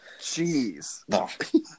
Jeez